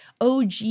OG